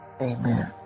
Amen